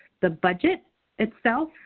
the budget itself,